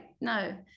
no